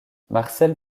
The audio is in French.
marcel